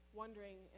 wondering